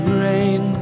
rain